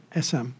SM